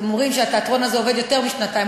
אתם אומרים שהתיאטרון הזה עובד יותר משנתיים,